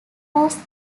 was